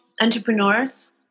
entrepreneurs